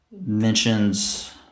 mentions